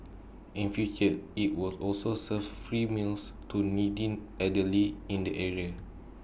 in future IT will also serve free meals to needy elderly in the area